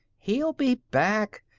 he'll be back.